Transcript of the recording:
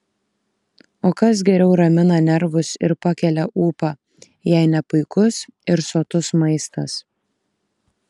o kas geriau ramina nervus ir pakelia ūpą jei ne puikus ir sotus maistas